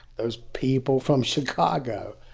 those people from chicago,